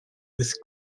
with